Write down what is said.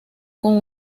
con